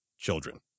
children